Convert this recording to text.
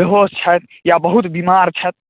बेहोश छथि या बहुत बीमार छथि